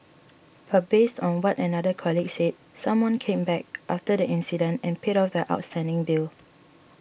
but based on what another colleague said someone came back after the incident and paid off the outstanding bill